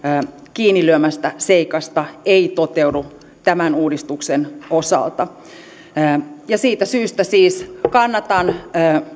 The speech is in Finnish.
kiinnilyömästä seikasta ei toteudu tämän uudistuksen osalta siitä syystä siis kannatan